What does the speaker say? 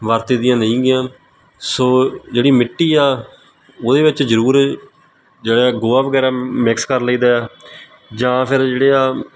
ਵਰਤੀ ਦੀਆਂ ਨਹੀ ਗੀਆਂ ਸੋ ਜਿਹੜੀ ਮਿੱਟੀ ਆ ਉਹਦੇ ਵਿੱਚ ਜ਼ਰੂਰ ਜਿਹੜਾ ਗੋਹਾ ਵਗੈਰਾ ਮਿਕਸ ਕਰ ਲਈਦਾ ਜਾਂ ਫਿਰ ਜਿਹੜੇ ਆ